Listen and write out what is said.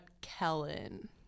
Kellen